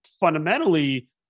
fundamentally